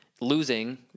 Losing